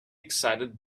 excited